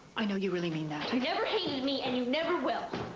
i know you really mean that. you never hated me and you never will.